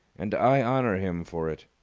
and i honour him for it.